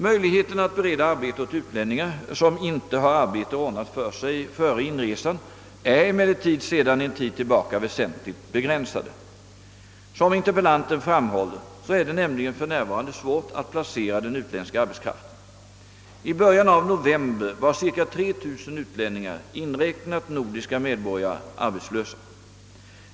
Möjligheterna att bereda arbete åt utlänningar som inte har arbete ordnat för sig före inresan är emellertid sedan en tid tillbaka väsentligt begränsade. Som interpellanten framhåller är det nämligen för närvarande svårt att placera den utländska arbetskraften. I början av november var ca 3 000 utlänningar, inräknat nordiska medborgare, arbetslösa.